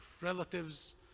relatives